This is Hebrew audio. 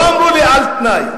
לא אמרו לי על-תנאי: